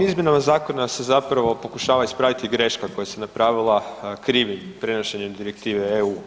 Ovim izmjenama zakona se zapravo pokušava ispraviti greška koja se napravila krivim prenošenjem direktive EU.